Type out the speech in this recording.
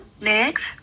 Next